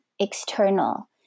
external